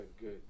good